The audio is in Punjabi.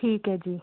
ਠੀਕ ਹੈ ਜੀ